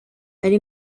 ari